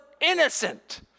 innocent